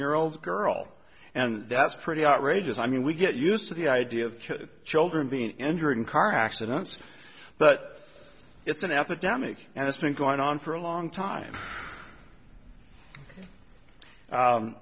year old girl and that's pretty outrageous i mean we get used to the idea of children being injured in car accidents but it's an epidemic and it's been going on for a long time